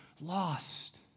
lost